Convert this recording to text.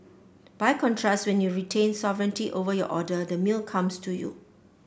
by contrast when you retain sovereignty over your order the meal comes to you